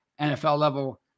NFL-level